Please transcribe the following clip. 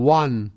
one